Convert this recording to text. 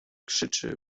krzyczy